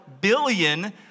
billion